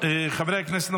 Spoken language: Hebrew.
חברי הכנסת,